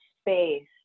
space